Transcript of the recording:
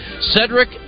Cedric